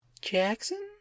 Jackson